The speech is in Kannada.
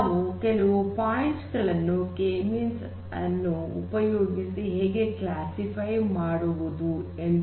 ನಾವು ಕೆಲವು ಪಾಯಿಂಟ್ಸ್ ಗಳನ್ನು ಕೆ ಮೀನ್ಸ್ ಅನ್ನು ಉಪಯೋಗಿಸಿ ಹೇಗೆ ಕ್ಲಾಸ್ಸಿಫೈ ಮಾಡುವುದು ಎಂದು ವಿವರಿಸುತ್ತೇನೆ